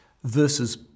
versus